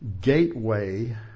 gateway